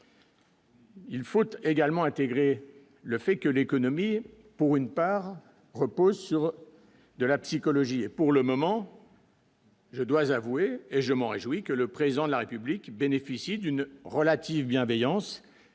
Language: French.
Il faut également intégrer le fait que l'économie, pour une part repose sur de la psychologie et pour le moment. Je dois avouer et je m'en réjouis que le président de la République bénéficie d'une relative bienveillance elle